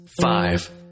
five